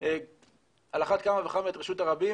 הכרחתי אותם לחזור אחורה והם היו צריכים לאסוף את כל מה שהשאירו,